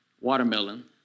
watermelon